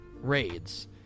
raids